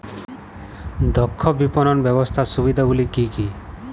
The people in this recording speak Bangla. দক্ষ বিপণন ব্যবস্থার সুবিধাগুলি কি কি?